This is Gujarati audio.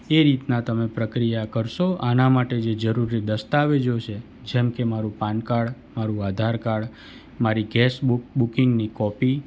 એ રીતના તમે પ્રક્રિયા કરશો આના માટે જે જરૂરી દસ્તાવેજો છે જેમકે મારું પાન કાર્ડ મારું આધારકાર્ડ મારી કેશ બુક બુકિંગની કોપી